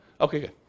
Okay